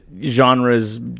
genres